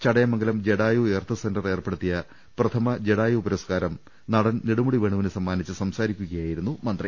Chadayamangalam Jatayu earth centre ഏർപ്പെടുത്തിയ പ്രഥമ ജടായു പുരസ്കാരം നടൻ നെടുമുടി വേണുവിന് സമ്മാനിച്ച് സംസാരിക്കുകയായിരുന്നു മന്ത്രി